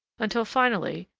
until finally,